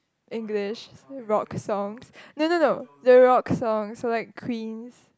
English rock songs no no no the rock songs so like queens